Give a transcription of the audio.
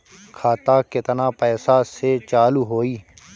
खाता केतना पैसा से चालु होई?